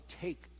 take